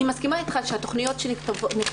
אני מסכימה אתך שהתכניות שמוכתבות